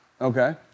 Okay